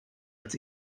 als